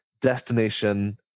destination